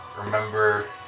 Remember